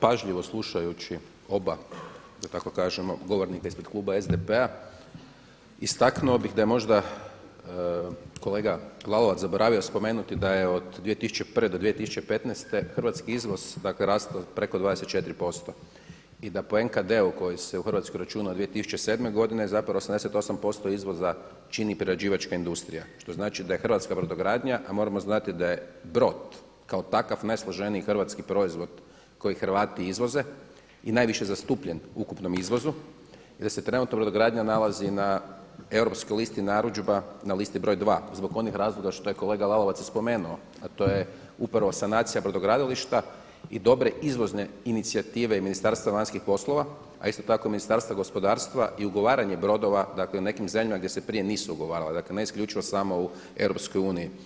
Pažljivo slušajući oba da tako kaže govornika ispred kluba SDP-a istaknuto bih da je možda kolega Lalovac zaboravio spomenuti da je od 2001. do 2015. hrvatski izvoz rastao preko 24% i da po NKD-u koji se u Hrvatskoj računa od 2007. godine zapravo 88% izvoza čini prerađivačka industrija, što znači da je hrvatska brodogradnja, a moramo znati da je brod kao takav najsloženiji hrvatski proizvod koji Hrvati izvoze i najviše zastupljen u ukupnom izvozu i da se trenutno brodogradnja nalazi na europskoj listi narudžba na listi broj dva zbog onih razloga što je kolega Lalovac i spomenuo, a to je upravo sanacija brodogradilišta i dobre izvozne inicijative i Ministarstva vanjskih poslova, a isto tako i Ministarstva gospodarstva i ugovaranje brodova dakle u nekim zemljama gdje se prije nisu ugovarala dakle ne isključivo samo u EU.